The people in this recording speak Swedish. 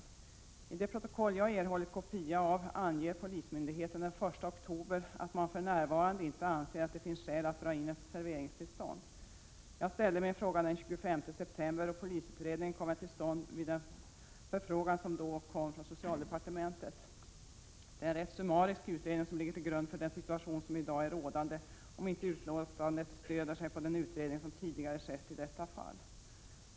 Enligt det protokoll jag erhållit kopia av anger polismyndigheten den 1 oktober att man för närvarande inte anser att det finns skäl att dra in ett serveringstillstånd. Jag ställde min fråga den 25 september, och polisutredningen kom väl till stånd vid den förfrågan som då kom från socialdepartementet. Det är en rätt summarisk utredning som ligger till grund för uttalandet om den situation som i dag är rådande — om inte detta uttalande stöder sig på den utredning som tidigare skett i detta fall.